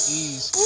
ease